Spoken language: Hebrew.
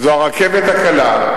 זו הרכבת הקלה,